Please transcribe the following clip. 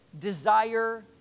desire